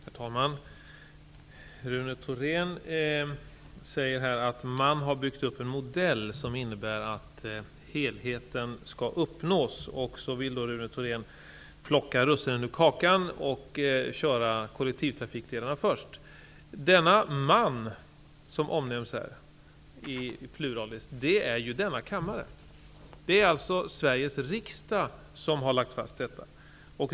Herr talman! Rune Thorén säger att man har byggt upp en modell som innebär att helheten skall uppnås. Rune Thorén vill plocka russinen ur kakan och köra kollektivtrafikdelarna först. Med ordet man avses här denna kammare. Det är Sveriges riksdag som har lagt fast detta.